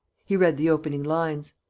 he read the opening lines